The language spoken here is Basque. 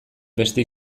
beste